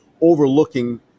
overlooking